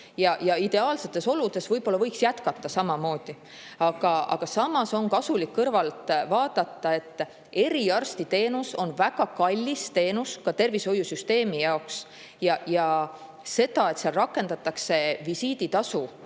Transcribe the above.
ja ideaalsetes oludes võib-olla võiks jätkata samamoodi, aga samas on kasulik kõrvalt vaadata, et eriarstiteenus on väga kallis teenus ka tervishoiusüsteemi jaoks. Ja see, et seal rakendatakse visiiditasuna